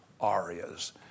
arias